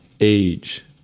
age